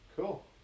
Cool